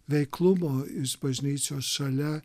veiklumo iš bažnyčios šalia